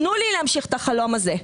תנו לי להמשיך את החלום הזה.